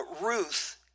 Ruth